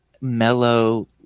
mellow